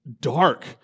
dark